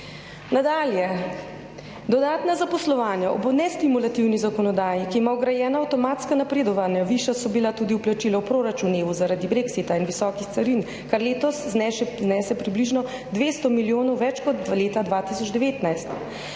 Nadalje, dodatna zaposlovanja ob nestimulativni zakonodaji, ki ima vgrajena avtomatska napredovanja, višja so bila tudi vplačila v proračun EU zaradi brexita in visokih carin, kar letos znese približno 200 milijonov več kot leta 2019.